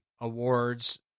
awards